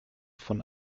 von